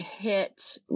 hit